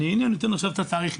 אני נותן עכשיו את התאריך.